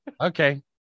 okay